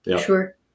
Sure